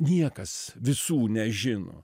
niekas visų nežino